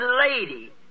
lady